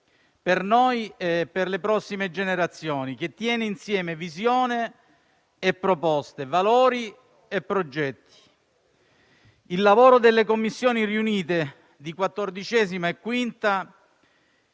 per noi e per le prossime generazioni, che tiene insieme visione e proposte, valori e progetti. Il lavoro delle Commissioni riunite 14a e 5a,